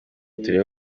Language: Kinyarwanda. turebe